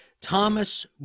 thomas